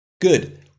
good